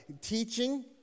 teaching